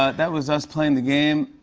that was us playing the game.